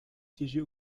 siéger